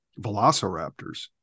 velociraptors